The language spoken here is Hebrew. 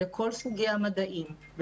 לכל סוגי המדעים,